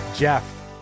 Jeff